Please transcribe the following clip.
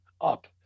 up